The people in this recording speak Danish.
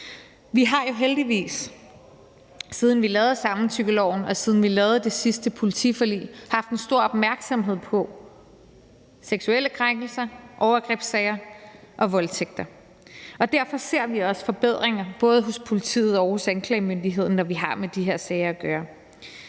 Vi har jo heldigvis, siden vi lavede samtykkeloven, og siden vi lavede det sidste politiforlig, haft stor opmærksomhed på seksuelle krænkelser, overgrebssager og voldtægter, og derfor ser vi også forbedringer hos både politiet og også anklagemyndigheden, når vi har med de her sager at gøre.